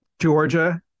Georgia